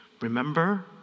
Remember